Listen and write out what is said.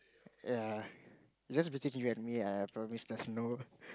ya it's just between you and me ah I promise there's no